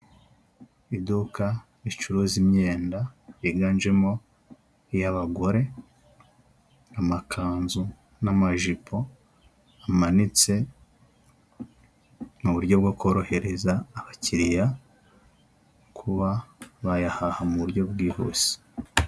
Iduka ricuruza imyenda yiganjemo iy'abagore, amakanzu n'amajipo amanitse mu buryo bwo korohereza abakiriya kuba bayahaha mu buryo bwihuse.